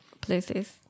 places